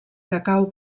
cacau